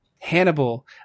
Hannibal